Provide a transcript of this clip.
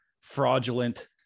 fraudulent